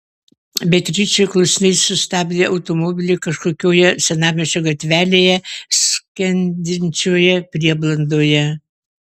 beatričė klusniai sustabdė automobilį kažkokioje senamiesčio gatvelėje skendinčioje prieblandoje